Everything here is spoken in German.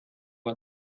war